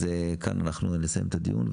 כאן אנחנו נסיים את הדיון.